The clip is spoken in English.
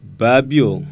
babio